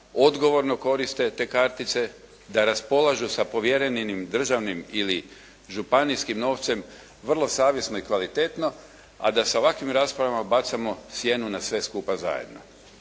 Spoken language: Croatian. odgovorne koriste te kartice, da raspolažu sa povjerenim im državnim ili županijskim novcem vrlo savjesno i kvalitetno, a da sa ovakvim raspravama bacamo sjenu na sve skupa zajedno.